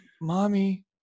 mommy